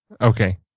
Okay